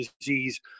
disease